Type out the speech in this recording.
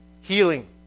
healing